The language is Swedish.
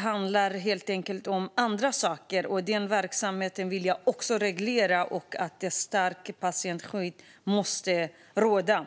handlar om andra saker. Också den verksamheten vill jag ska regleras. Ett starkt patientskydd måste finnas.